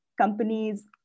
companies